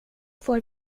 får